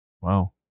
Wow